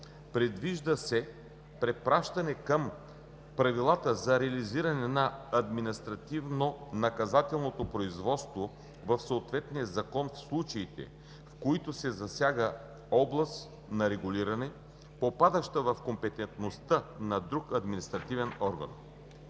Предвижда се препращане към правилата за реализиране на административнонаказателното производство в съответния закон в случаите, в които се засяга област на регулиране, попадаща в компетентността на друг административен орган.